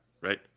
right